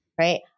right